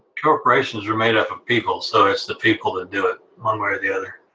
corporations are made up of people, so it's the people that do it, one way or the other.